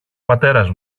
πατέρας